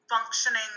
functioning